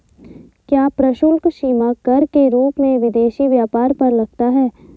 क्या प्रशुल्क सीमा कर के रूप में विदेशी व्यापार पर लगता है?